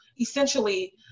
essentially